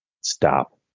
stop